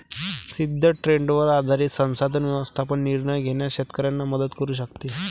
सिद्ध ट्रेंडवर आधारित संसाधन व्यवस्थापन निर्णय घेण्यास शेतकऱ्यांना मदत करू शकते